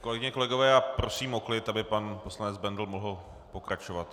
Kolegyně a kolegové, prosím o klid, aby pan poslanec Bendl mohl pokračovat.